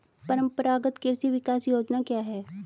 परंपरागत कृषि विकास योजना क्या है?